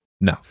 No